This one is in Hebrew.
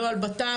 לא על בט"פ,